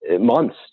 months